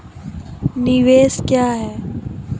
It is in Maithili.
निवेश क्या है?